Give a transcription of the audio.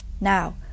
Now